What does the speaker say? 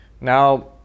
Now